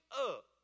up